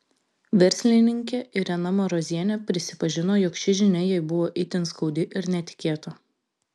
verslininkė irena marozienė prisipažino jog ši žinia jai buvo itin skaudi ir netikėta